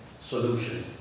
solution